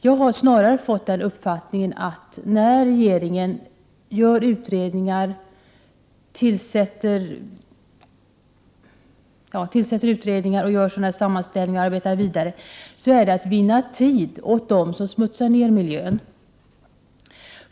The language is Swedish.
Jag har snarare fått den uppfattningen att när regeringen tillsätter utredningar och gör sammanställningar är det för att vinna tid åt dem som smutsar ner miljön.